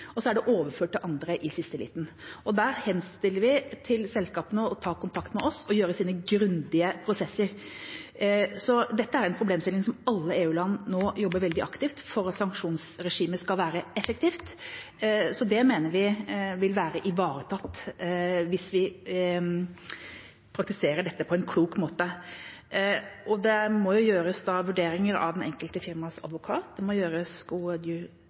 og så er det overført til andre i siste liten. Da henstiller vi til selskapene om å ta kontakt med oss og gjøre sine grundige prosesser. Dette er en problemstilling som alle EU-land nå jobber veldig aktivt med for at sanksjonsregimet skal være effektivt, så det mener vi vil være ivaretatt hvis vi praktiserer dette på en klok måte. Det må gjøres vurderinger av det enkelte firmas advokat, og det må gjøres